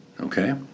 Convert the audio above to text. okay